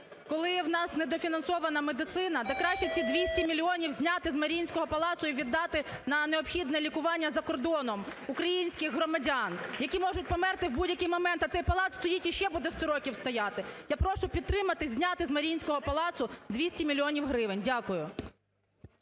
коли в нас недофінансована медицина, да краще цих 200 мільйонів зняти з Маріїнського палацу і віддати на необхідне лікування за кордоном українських громадян, які можуть померти в будь-який момент, а цей палац стоїть і ще буде 100 років стояти. Я прошу підтримати зняти з Маріїнського палацу 200 мільйонів гривень. Дякую.